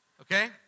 Okay